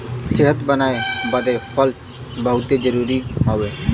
सेहत बनाए बदे फल बहुते जरूरी हौ